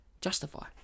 Justify